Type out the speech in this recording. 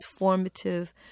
transformative